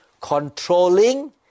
controlling